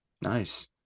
Nice